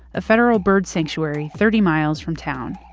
a federal bird sanctuary, thirty miles from town.